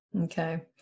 Okay